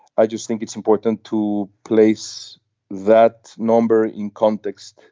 i just think it's important to place that number in context.